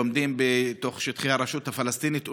לומדים בתוך שטחי הרשות הפלסטינית,